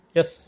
Yes